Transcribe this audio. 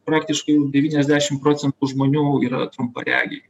praktiškai devyniasdešim procentų žmonių yra trumparegiai